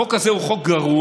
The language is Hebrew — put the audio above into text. החוק הזה הוא חוק גרוע.